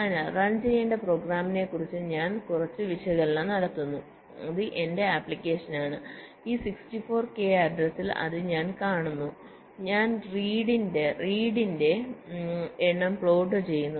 അതിനാൽ റൺ ചെയ്യേണ്ട പ്രോഗ്രാമിനെക്കുറിച്ച് ഞാൻ കുറച്ച് വിശകലനം നടത്തുന്നു അത് എന്റെ ആപ്ലിക്കേഷനാണ് ഈ 64 കെ അഡ്രസ്ൽ അത് ഞാൻ കാണുന്നു ഞാൻ റീഡിന്റെ എണ്ണം പ്ലോട്ട് ചെയ്യുന്നു